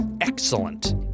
Excellent